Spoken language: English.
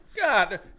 God